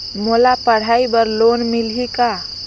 मोला पढ़ाई बर लोन मिलही का?